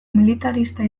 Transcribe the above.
militarista